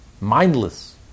mindless